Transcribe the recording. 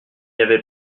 avait